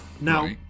Now